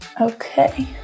Okay